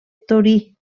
torí